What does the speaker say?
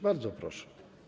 Bardzo proszę.